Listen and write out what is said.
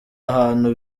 ahantu